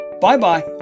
Bye-bye